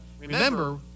remember